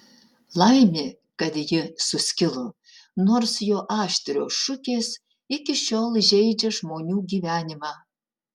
laimė kad ji suskilo nors jo aštrios šukės iki šiol žeidžia žmonių gyvenimą